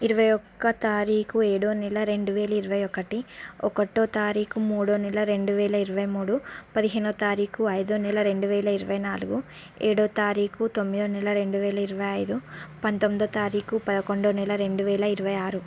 ఇరవై ఒక్క తారీఖు ఏడవ నెల రెండు వేల ఇరవై ఒక్కటి ఒకటో తారీఖు మూడో నెల రెండు వేల ఇరవై మూడు పదిహేనవ తారీఖు ఐదో నెల రెండు వేల ఇరవై నాలుగు ఏడో తారీఖు తొమ్మిదొ నెల రెండు వేల ఇరవై ఐదు పంతొమ్మిదో తారీఖు పదకొండో నెల రెండు వేల ఇరవై ఆరు